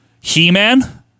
He-Man